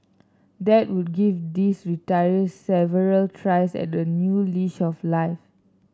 that would give these retirees several tries at a new leash of life